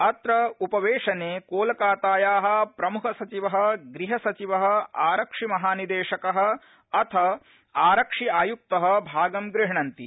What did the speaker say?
अत्र उपवेशने कोलकाताया प्रमुखसचिव गृहसचिव आरक्षिमहानिदेशक अथ आरक्षि आयुक्त भागं गृह्नन्ति